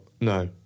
No